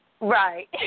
Right